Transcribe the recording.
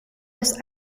das